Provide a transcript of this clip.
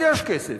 אז יש כסף.